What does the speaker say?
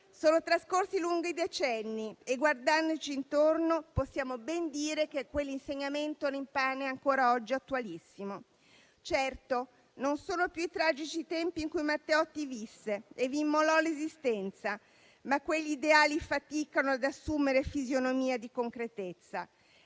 Sono trascorsi lunghi decenni e, guardandoci intorno, possiamo ben dire che quell'insegnamento è ancora oggi attualissimo. Certo, non sono più i tragici tempi in cui Matteotti visse e vi immolò l'esistenza, ma quegli ideali faticano ad assumere fisionomia di concretezza.